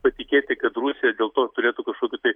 patikėti kad rusija dėl to turėtų kažkokių tai